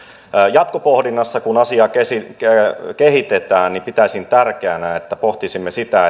jatkopohdinnassa kun asiaa kehitetään pitäisin tärkeänä että pohtisimme sitä